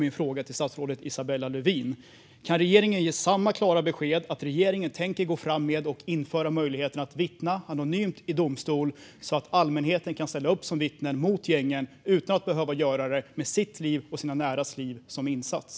Min fråga går till statsrådet Isabella Lövin: Kan regeringen ge samma klara besked att regeringen tänker gå fram med och införa möjligheten att vittna anonymt i domstol så att allmänheten kan ställa upp som vittnen mot gängen utan att behöva göra det med sina egna och näras liv som insats?